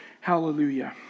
Hallelujah